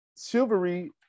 chivalry